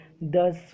thus